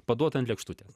paduota ant lėkštutės